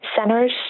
centers